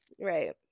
Right